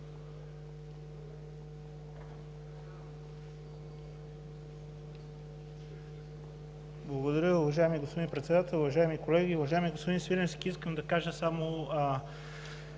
Благодаря, уважаеми господин Председател. Уважаеми колеги! Уважаеми господин Свиленски, искам да кажа само